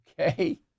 okay